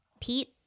Pete